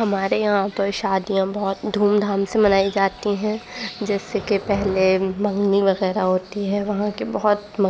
ہمارے یہاں تو شادیاں بہت دھوم دھام سے منائی جاتی ہیں جیسے کہ پہلے منگنی وغیرہ ہوتی ہے وہاں کے بہت